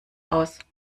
aus